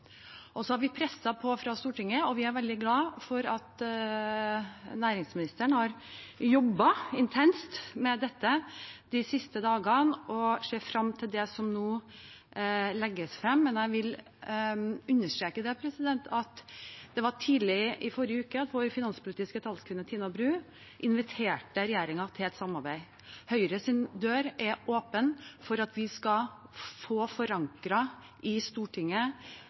Så har vi presset på fra Stortinget, og vi er veldig glade for at næringsministeren har jobbet intenst med dette de siste dagene, og vi ser frem til det som nå legges frem. Men jeg vil understreke at det var tidlig i forrige uke at vår finanspolitiske talskvinne Tina Bru inviterte regjeringen til et samarbeid. Høyres dør er åpen for at vi skal få forankret de økonomiske ordningene i Stortinget,